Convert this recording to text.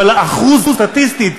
אבל סטטיסטית,